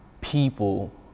people